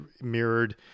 mirrored